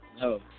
No